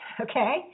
Okay